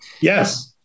Yes